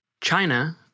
China